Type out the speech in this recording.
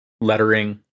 lettering